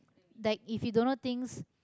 like if you don't know things